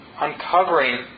uncovering